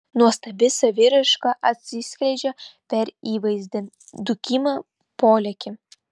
nuostabi saviraiška atsiskleidžia per įvaizdį dūkimą polėkį